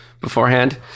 beforehand